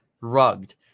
rugged